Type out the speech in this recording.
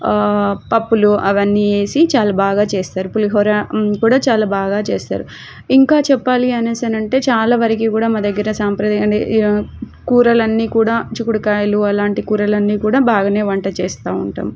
పప్పులు అవన్నీ వేసి చాలా బాగా చేస్తారు పులిహోర కూడా చాలా బాగా చేస్తారు ఇంకా చెప్పాలి అనేసి అంటే చాలా వరకి కూడా మా దగ్గర సాంప్ర కూరలు అన్నీ కూడా చిక్కుడు కాయలు అలాంటి కూరలు అన్నీ కూడా బాగానే వంట చేస్తూ ఉంటాము